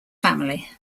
family